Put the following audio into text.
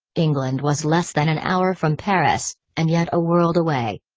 england was less than an hour from paris, and yet a world away.